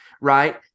right